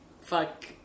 fuck